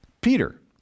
Peter